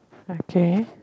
okay